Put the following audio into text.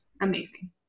amazing